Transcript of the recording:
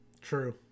True